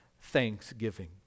thanksgiving